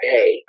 Hey